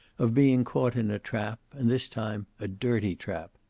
of being caught in a trap, and this time a dirty trap.